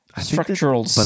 structural